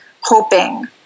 hoping